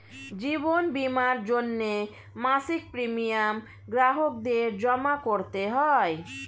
জীবন বীমার জন্যে মাসিক প্রিমিয়াম গ্রাহকদের জমা করতে হয়